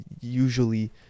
usually